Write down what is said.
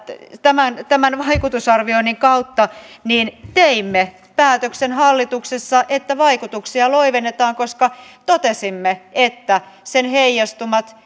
tämän tämän vaikutusarvioinnin kautta teimme päätöksen hallituksessa että vaikutuksia loivennetaan koska totesimme että sen heijastumat